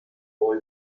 boy